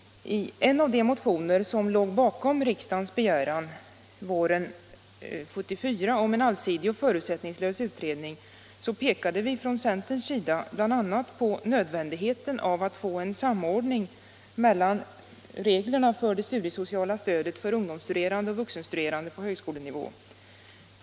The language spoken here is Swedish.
I en av de motioner som låg bakom riksdagens begäran våren 1974 om en allsidig och förutsättningslös utredning pekade vi från centerns sida bl.a. på nödvändigheten av att få en samordning mellan reglerna för det studiesociala stödet för ungdomsstuderande och vuxenstuderande på högskolenivå.